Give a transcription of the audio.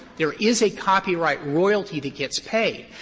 there is a copyright royalty that gets paid.